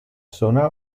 zona